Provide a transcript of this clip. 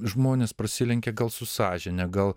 žmonės prasilenkia gal su sąžine gal